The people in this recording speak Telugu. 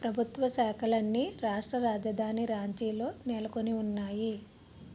ప్రభుత్వ శాఖలన్నీ రాష్ట్ర రాజధాని రాంచీలో నెలకొని ఉన్నాయి